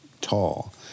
tall